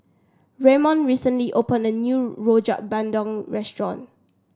Ramon recently opened a new Rojak Bandung restaurant